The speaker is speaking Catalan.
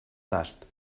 tast